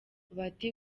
bati